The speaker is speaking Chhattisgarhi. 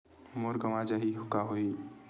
मोर गंवा जाहि का होही?